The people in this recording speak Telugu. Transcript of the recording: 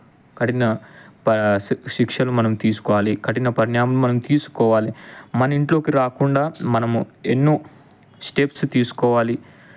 కఠిన పా శి శిక్షను మనం తీసుకోవాలి కఠిన పరిణామం మనం తీసుకోవాలి మనింట్లోకి రాకుండా మనము ఎన్నో స్టెప్స్ తీసుకోవాలి